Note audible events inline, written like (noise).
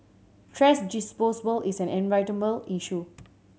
thrash (unintelligible) is an (unintelligible) issue